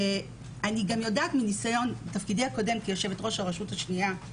ואני יודעת מניסיון בתפקידי הקודם כיושבת-ראש הרשות השנייה,